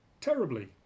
terribly